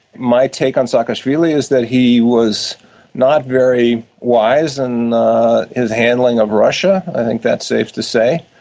my take on saakashvili is that he was not very wise in his handling of russia, i think that's safe to say,